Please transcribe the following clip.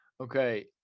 Okay